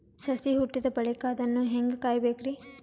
ಸಸಿ ಹುಟ್ಟಿದ ಬಳಿಕ ಅದನ್ನು ಹೇಂಗ ಕಾಯಬೇಕಿರಿ?